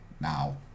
now